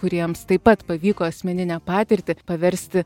kuriems taip pat pavyko asmeninę patirtį paversti